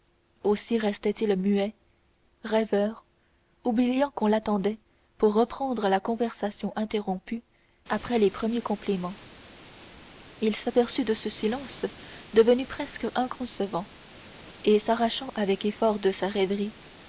aussi restait-il muet rêveur oubliant qu'on l'attendait pour reprendre la conversation interrompue après les premiers compliments il s'aperçut de ce silence devenue presque inconvenant et s'arrachant avec effort à sa rêverie